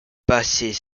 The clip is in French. passait